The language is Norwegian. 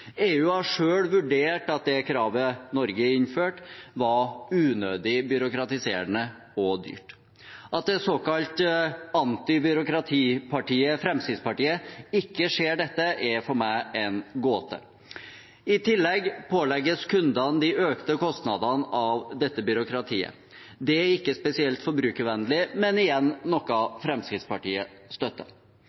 EU har selv vurdert at det kravet Norge har innført, var unødig byråkratiserende og dyrt. At det såkalte antibyråkratipartiet Fremskrittspartiet ikke ser dette, er for meg en gåte. I tillegg pålegges kundene de økte kostnadene av dette byråkratiet. Det er ikke spesielt forbrukervennlig, men igjen noe Fremskrittspartiet støtter.